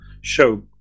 show